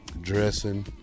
dressing